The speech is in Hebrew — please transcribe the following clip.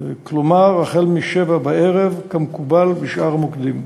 כלומר החל מ-19:00 כמקובל בשאר המוקדים.